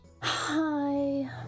Hi